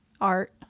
art